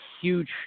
huge